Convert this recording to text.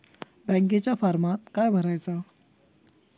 बँकेच्या फारमात काय भरायचा?